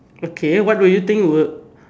okay what would you think would